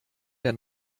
der